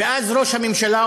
ואז ראש הממשלה,